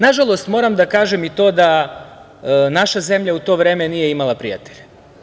Nažalost, moram da kažem i to da naša zemlja u to vreme nije imala prijatelje.